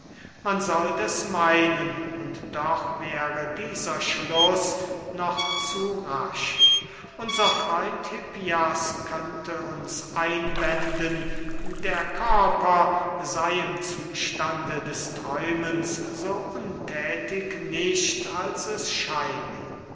man sollt es meinen und doch wäre dieser schluß noch zu rasch unser freund hippias könnte uns einwenden der körper sey im zustande des träumens so unthätig nicht als es scheine